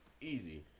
Easy